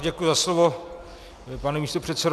Děkuji za slovo, pane místopředsedo.